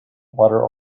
water